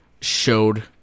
showed